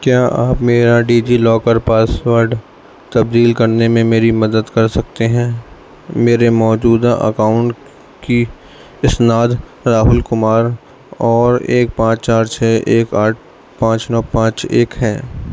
کیا آپ میرا ڈیجی لاکر پاس ورڈ تبدیل کرنے میں میری مدد کر سکتے ہیں میرے موجودہ اکاؤنٹ کی اسناد راہل کمار اور ایک پانچ چار چھ ایک آٹھ پانچ نو پانچ ایک ہیں